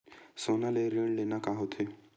सोना ले ऋण लेना का होथे?